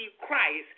Christ